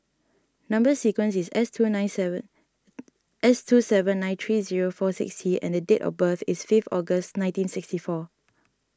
Number Sequence is S two an nine seven S two seven nine three zero four six T and date of birth is fifth August nineteen sixty four